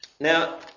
Now